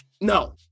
no